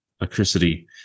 electricity